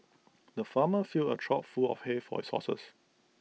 the farmer filled A trough full of hay for his horses